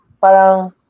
parang